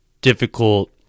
difficult